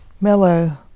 mellow